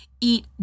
eat